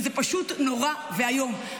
וזה פשוט נורא ואיום.